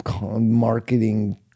marketing